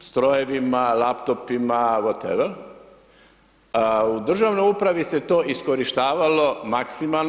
strojevima, laptopima… [[Govornik se ne razumije]] U državnoj upravi se to iskorištavalo maksimalno.